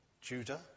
Judah